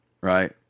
right